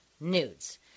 nudes